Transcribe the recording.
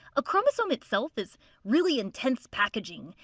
a chromosome itself is really intense packaging.